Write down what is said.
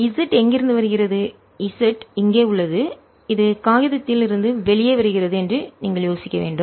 Z எங்கிருந்து வருகிறது z இங்கே உள்ளது அது காகிதத்தில் இருந்து வெளியே வருகிறது என்று நீங்கள் யோசிக்க வேண்டும்